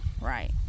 Right